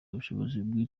ubushobozi